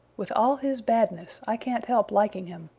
with all his badness i can't help liking him.